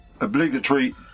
obligatory